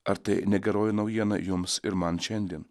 ar tai ne geroji naujiena jums ir man šiandien